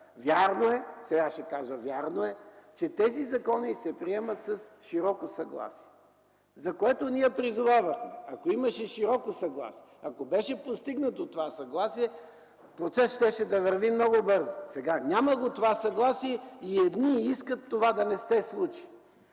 заради атмосферата! Вярно е, че тези закони се приемат с широко съгласие, за което ние призовавахме. Ако имаше широко съгласие, ако беше постигнато това съгласие, процесът щеше да върви много бързо. Сега – няма го това съгласие и едни искат това да не се случи.